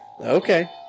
okay